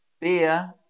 Beer